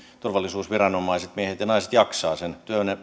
turvallisuusviranomaisemme miehet ja naiset jaksavat sen